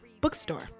bookstore